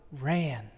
ran